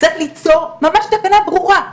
צריך ליצור ממש תקנה ברורה,